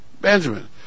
Benjamin